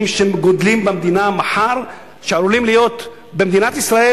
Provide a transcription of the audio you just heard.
שגדלים במדינה ומחר עלולים להיות במדינת ישראל